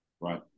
Right